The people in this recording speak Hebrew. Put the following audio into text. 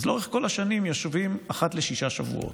אז לאורך כל השנים יושבים אחת לשישה שבועות.